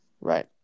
Right